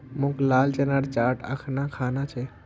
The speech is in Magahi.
मोक लाल चनार चाट अखना खाना छ